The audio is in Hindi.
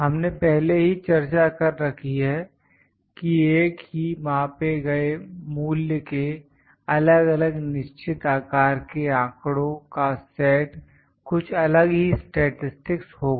हमने पहले ही चर्चा कर रखी है कि एक ही मापे गए मूल्य के अलग अलग निश्चित आकार के आंकड़ों का सेट कुछ अलग ही स्टैटिसटिक्स होगा